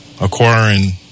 acquiring